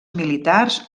militars